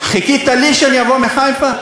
חיכית לי שאני אבוא מחיפה?